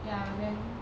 ya then